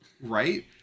right